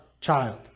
child